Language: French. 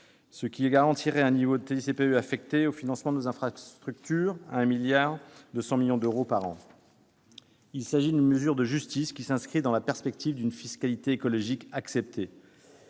garantirait un niveau de TICPE affectée au financement de nos infrastructures de 1,2 milliard d'euros par an. Il s'agit d'une mesure de justice, qui s'inscrit dans la perspective d'une fiscalité écologique acceptée.